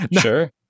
Sure